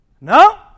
No